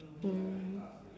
mm